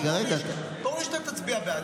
ברור שאתה תצביע בעד.